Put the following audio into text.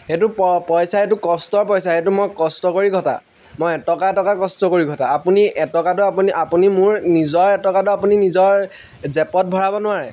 সেইটো পইচা এইটো কষ্টৰ পইচা সেইটো মই কষ্ট কৰি ঘটা মই এটকা এটকা কষ্ট কৰি ঘটা আপুনি এটকাটো আপুনি আপুনি মোৰ নিজৰ এটকাটো আপুনি নিজৰ জেপত ভৰাব নোৱাৰে